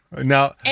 Now